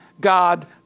God